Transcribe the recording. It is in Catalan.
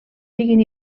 siguin